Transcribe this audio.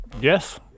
Yes